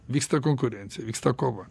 vyksta konkurencija vyksta kova